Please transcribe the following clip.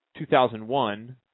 2001